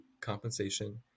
compensation